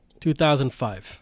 2005